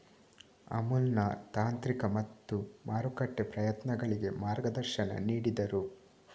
ಅಮುಲ್ನ ತಾಂತ್ರಿಕ ಮತ್ತು ಮಾರುಕಟ್ಟೆ ಪ್ರಯತ್ನಗಳಿಗೆ ಮಾರ್ಗದರ್ಶನ ನೀಡಿದರು